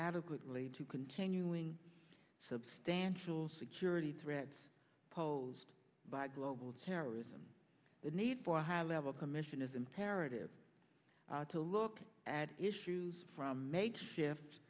adequately to continuing substantial security threats posed by global terrorism the need for a high level commission is imperative to look at issues from makeshift